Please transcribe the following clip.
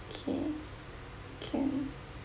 okay can